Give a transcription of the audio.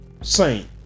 saint